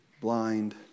blind